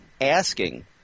asking